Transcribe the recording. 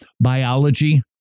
biology